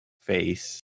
face